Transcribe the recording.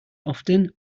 often